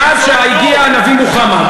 מאז הגיע הנביא מוחמד.